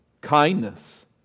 kindness